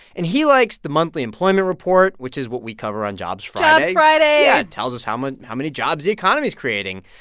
and he likes the monthly employment report, which is what we cover on jobs friday jobs friday yeah. it tells us how many how many jobs the economy is creating.